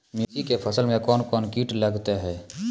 मिर्ची के फसल मे कौन कौन कीट लगते हैं?